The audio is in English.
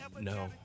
No